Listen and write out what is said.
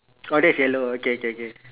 orh that is yellow okay okay